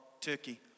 Turkey